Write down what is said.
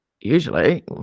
usually